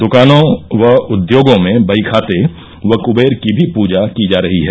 दुकानों व उद्योगों में बहीखाते व क्वेर की भी पूजा की जा रही है